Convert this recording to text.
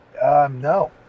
No